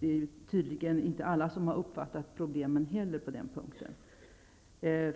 det är tydligen inte alla som har uppfattat problemen på denna punkt.